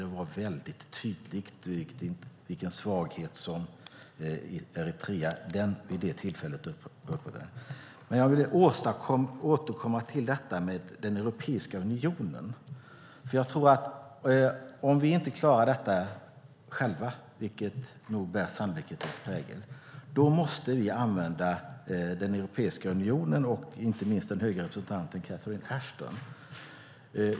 Det var väldigt tydligt vilken svaghet som Eritrea vid det tillfället uppvisade. Jag vill återkomma till detta med den europeiska unionen. Om vi inte själva klarar detta, vilket nog är sannolikt, måste vi använda den europeiska unionen och inte minst den höga representanten Catherine Ashton.